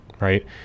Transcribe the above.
Right